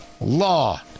law